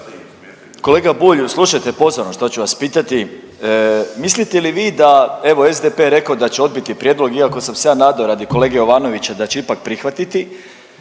Kolega Bulj slušajte pozorno što ću vas pitati. Mislite li da vi evo SDP jer rekao da će odbiti prijedlog iako sam se ja nadao radi kolege Jovanovića da će ipak prihvatiti,